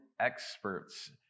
experts